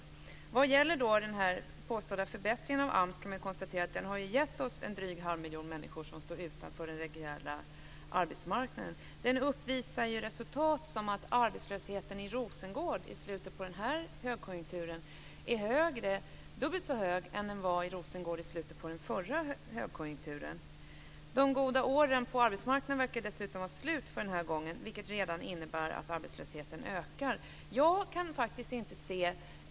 Man kan konstatera att den påstådda förbättringen av AMS har gett oss drygt en halv miljon människor som står utanför den reguljära arbetsmarknaden. Den uppvisar resultat som t.ex. att arbetslösheten i Rosengård i slutet på den här högkonjunkturen är dubbelt så hög som den var i Rosengård i slutet på den förra högkonjunkturen. De goda åren på arbetsmarknaden verkar dessutom vara slut för den här gången, vilket innebär att arbetslösheten redan ökar.